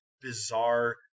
bizarre